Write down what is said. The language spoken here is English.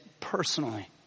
personally